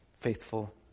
faithful